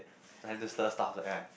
trying to stir stuff that kind right